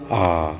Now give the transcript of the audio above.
आ